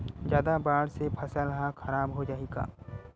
जादा बाढ़ से फसल ह खराब हो जाहि का?